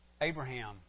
Abraham